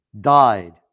died